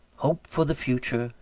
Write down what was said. hope for the future,